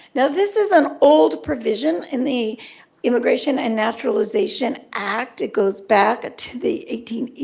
now this is an old provision in the immigration and naturalization act. it goes back to the eighteen eighty